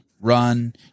Run